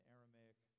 Aramaic